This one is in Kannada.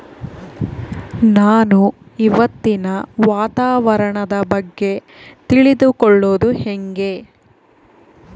ನಾನು ಇವತ್ತಿನ ವಾತಾವರಣದ ಬಗ್ಗೆ ತಿಳಿದುಕೊಳ್ಳೋದು ಹೆಂಗೆ?